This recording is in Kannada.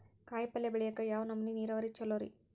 ಕಾಯಿಪಲ್ಯ ಬೆಳಿಯಾಕ ಯಾವ್ ನಮೂನಿ ನೇರಾವರಿ ಛಲೋ ರಿ?